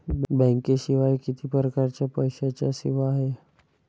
बँकेशिवाय किती परकारच्या पैशांच्या सेवा हाय?